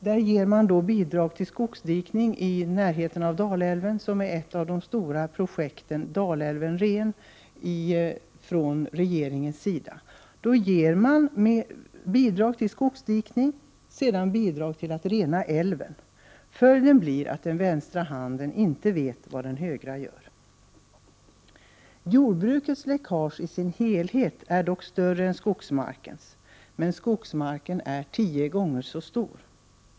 Det lämnas bidrag till skogsdikning i närheten av Dalälven som är ett av de stora projekten, ”Dalälven ren”. Det ges först bidrag till skogsdikning, sedan bidrag till att rena älven. Följden blir att den vänstra handen inte vet vad den högra gör. Jordbrukets läckage är större än skogsmarkens — men skogsmarken är tio gånger så stor.